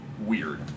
weird